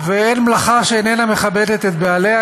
ואין מלאכה שאיננה מכבדת את בעליה,